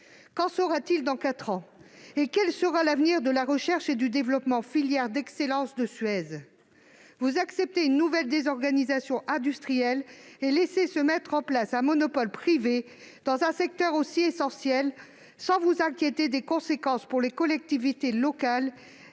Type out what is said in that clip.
Qu'en sera-t-il dans quatre ans ? Et quel sera l'avenir de la recherche et du développement, filière d'excellence de Suez ? Vous acceptez une nouvelle désorganisation industrielle et laissez se mettre en place un monopole privé dans un secteur aussi essentiel, sans vous inquiéter des conséquences pour les collectivités locales